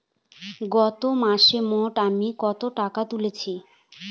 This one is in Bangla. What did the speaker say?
গত মাসে মোট আমি কত টাকা তুলেছি?